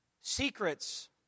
Secrets